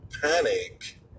panic